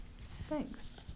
Thanks